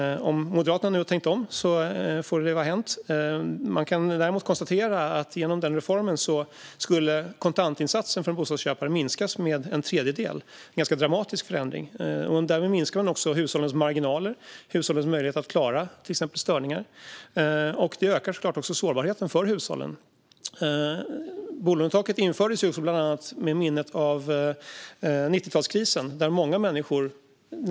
Om Moderaterna nu har tänkt om må det vara hänt. Men man kan konstatera att med deras reform skulle kontantinsatsen för en bostadsköpare minskas med en tredjedel. Det är en ganska dramatisk förändring. Därmed minskar också hushållens marginaler, hushållens möjlighet att klara till exempel störningar. Det ökar såklart också sårbarheten för hushållen. Bolånetaket infördes med bland annat 90-talskrisen i minnet.